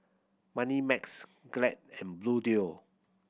Moneymax Glade and Bluedio